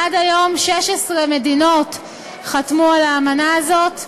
עד היום 16 מדינות חתמו על האמנה הזאת,